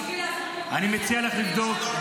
אני מציע לך לבדוק.